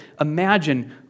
imagine